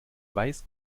weiß